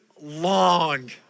long